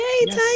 Yay